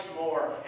more